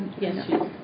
Yes